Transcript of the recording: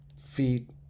Feet